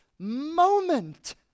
moment